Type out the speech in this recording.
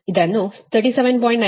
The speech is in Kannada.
ಆದ್ದರಿಂದ ಇದನ್ನು 37